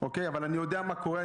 אני יודע מה קורה,